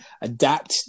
adapt